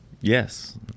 Yes